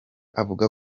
avuga